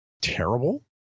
terrible